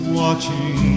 watching